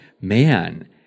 Man